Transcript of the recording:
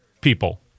people